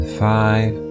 five